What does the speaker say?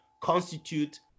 constitute